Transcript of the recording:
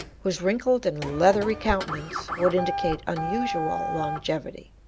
whose wrinkled and leathery countenance would indicate unusual longevity.